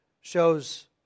shows